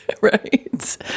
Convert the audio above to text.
right